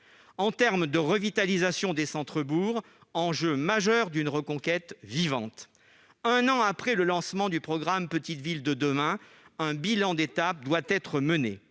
concernent la revitalisation des centres-bourgs, enjeu majeur d'une reconquête vivante. Un an après le lancement du programme Petites Villes de demain, un bilan d'étape doit être mené.